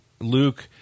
Luke